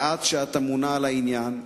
ואת, שאת אמונה על העניין,